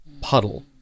puddle